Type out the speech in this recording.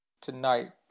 tonight